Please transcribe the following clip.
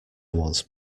once